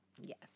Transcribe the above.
yes